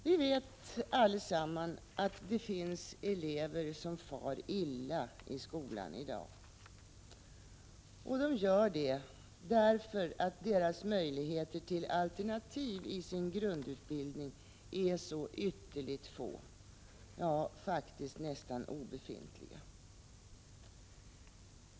Vi vet allesamman att det finns elever som far illa i skolan i dag, och de gör detta för att deras möjligheter till alternativ i sin grundutbildning är så ytterligt få, ja, faktiskt nästan obefintliga.